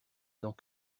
dans